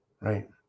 Right